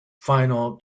final